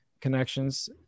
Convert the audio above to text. connections